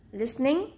listening